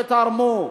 שתרמו,